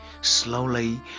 Slowly